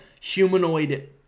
humanoid